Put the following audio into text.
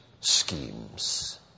schemes